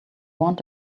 want